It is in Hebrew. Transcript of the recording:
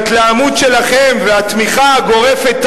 שההתלהמות שלכם והתמיכה הגורפת,